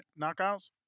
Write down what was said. Knockouts